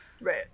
Right